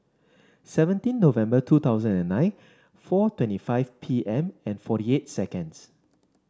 seventeen November two thousand and nine four twenty five P M and forty eight seconds